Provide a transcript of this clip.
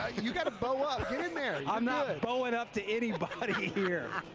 you got to bow up, get in there. i'm not bow-ing up to anybody here.